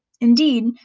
Indeed